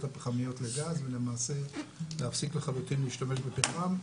הפחמיות לגז ולמעשה להפסיק לחלוטין להשתמש בפחם,